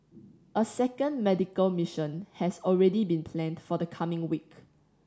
a second medical mission has already been planned for the coming week